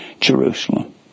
Jerusalem